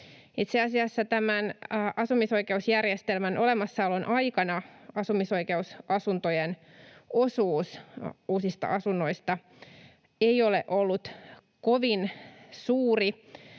Itse asiassa tämän asumisoikeusjärjestelmän olemassaolon aikana asumisoikeusasuntojen osuus uusista asunnoista ei ole ollut kovin suuri,